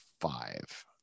five